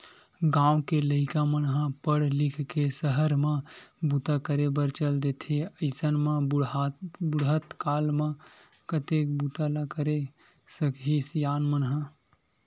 गाँव के लइका मन ह पड़ लिख के सहर म बूता करे बर चल देथे अइसन म बुड़हत काल म कतेक बूता ल करे सकही सियान मन ह